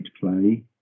play